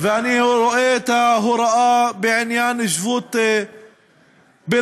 ואני רואה את ההוראה בעניין שבות בלעדית,